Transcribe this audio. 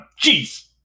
jeez